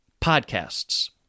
podcasts